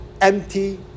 empty